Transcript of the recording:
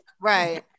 right